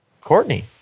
Courtney